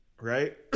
right